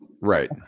Right